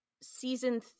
season